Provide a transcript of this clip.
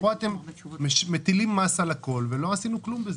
פה אתם מטילים מס על הכול ולא עשינו כלום בזה.